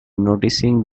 noticing